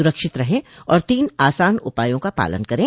सुरक्षित रहें और तीन आसान उपायों का पालन करें